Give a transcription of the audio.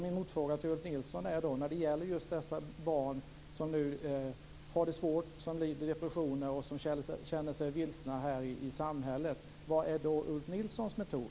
Min motfråga till Ulf Nilsson är då: När det gäller just dessa barn som nu har det svårt, som lider av depressioner och som känner sig vilse i samhället - vad är Ulf Nilssons metod?